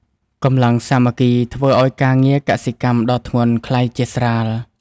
កម្លាំងសាមគ្គីធ្វើឱ្យការងារកសិកម្មដ៏ធ្ងន់ក្លាយជាស្រាល។